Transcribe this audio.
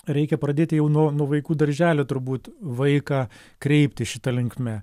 reikia pradėti jau nuo nuo vaikų darželio turbūt vaiką kreipti šita linkme